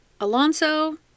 Alonso